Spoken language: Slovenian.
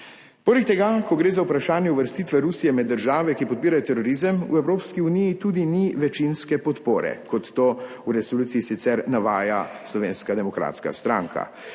Poleg tega, ko gre za vprašanje uvrstitve Rusije med države, ki podpirajo terorizem, v Evropski uniji tudi ni večinske podpore, kot to v resoluciji sicer navaja Slovenska demokratska stranka.